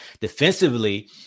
defensively